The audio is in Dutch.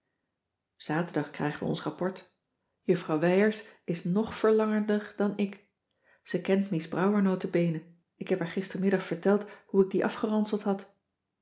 zaterdag krijgen we ons rapport juffrouw wijers is ng verlangender dan ik ze kent mies brouwer nota bene ik heb haar gistermiddag verteld hoe ik die afgeranseld had